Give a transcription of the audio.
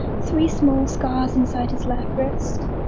three small scars inside his left wrist,